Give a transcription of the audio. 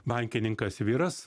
bankininkas vyras